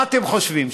מה אתם חושבים,